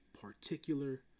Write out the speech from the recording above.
particular